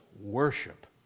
worship